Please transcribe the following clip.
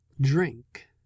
drink